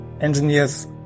Engineers